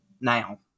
now